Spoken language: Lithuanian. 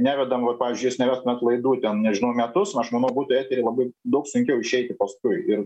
nevedam vat pavyzdžiui jūs nevestumėt laidų ten nežinau metus nu aš manau būtų į eterį labai daug sunkiau išeiti paskui ir